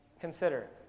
Consider